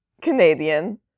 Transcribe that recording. Canadian